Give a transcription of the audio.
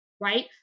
right